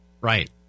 Right